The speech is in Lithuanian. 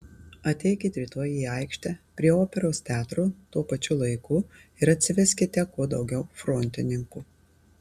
ateikit rytoj į aikštę prie operos teatro tuo pačiu laiku ir atsiveskite kuo daugiau frontininkų